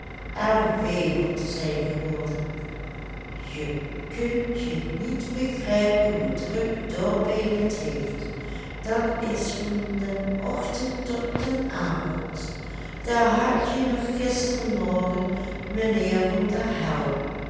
wee van te zijn geworden je kunt je niet begrijpen hoe druk dorbeen het heeft dat is van den ochtend tot den avond daar had je nog gisteren morgen mijnheer van der helm